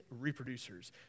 reproducers